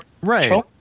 right